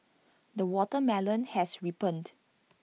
the watermelon has ripened